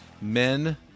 Men